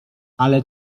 ale